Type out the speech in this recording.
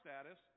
status